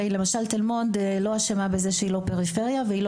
למשל תל מונד לא אשמה בכך שהיא לא פריפריה ולא